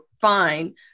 fine